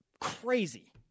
crazy